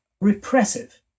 repressive